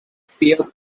fair